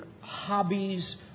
hobbies